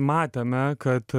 matėme kad